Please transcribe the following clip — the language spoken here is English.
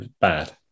bad